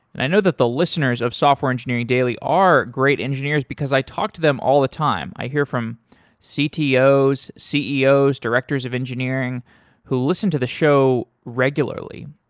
and i know that the listeners of software engineering daily are great engineers because i talked to them all the time. i hear from ctos, ceos, directors of engineering who listen to the show regularly.